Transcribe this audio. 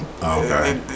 okay